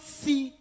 see